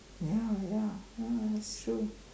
ya ya ya it's true